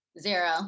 Zero